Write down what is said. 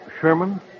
Sherman